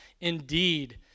Indeed